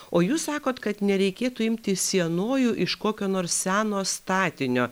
o jūs sakot kad nereikėtų imti sienojų iš kokio nors seno statinio